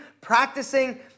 practicing